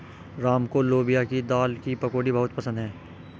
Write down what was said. राम को लोबिया की दाल की पकौड़ी बहुत पसंद हैं